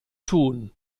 tun